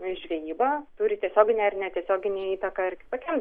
žvejyba turi tiesioginę ar netiesioginę įtaką ir kitokiems